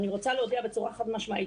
אני רוצה להודיע בצורה חד משמעית,